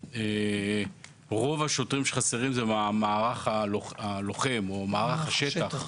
רוב השוטרים שחסרים הם במערך הלוחם, במערך שטח,